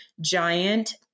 giant